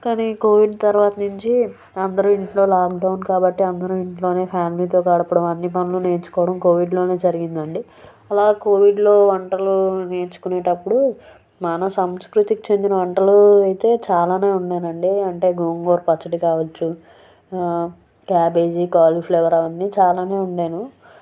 కానీ కోవిడ్ తర్వాత నుండి అందరూ ఇంట్లో లాక్డౌన్ కాబట్టీ అందరూ ఇంట్లోనే ఫ్యామిలీతో గడపడం అన్ని పనులు నేర్చుకోవడం కోవిడ్లోనే జరిగింది అండి అలా కోవిడ్లో వంటలు నేర్చుకునేటప్పుడు మన సంస్కృతికి చెందిన వంటలు అయితే చాలానే వండాను అండి అంటే గోంగూర పచ్చడి కావచ్చు క్యాబేజి కాలిఫ్లవర్ అవన్నీ చాలానే వండాను